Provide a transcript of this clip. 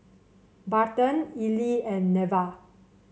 Barton Ely and Neva